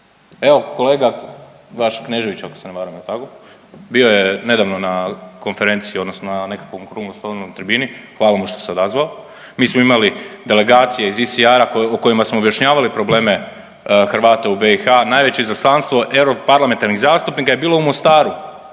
Evo kolega vaš Knežević ako se ne varam jel' tako bio je nedavno na konferenciji odnosno na nekakvom okruglom stolu, na tribini. Hvala mu što se odazvao. Mi smo imali delegacije iz … o kojima smo objašnjavali probleme Hrvata u BiH. Najveće izaslanstvo europarlamentarnih zastupnika je bilo u Mostaru.